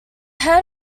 head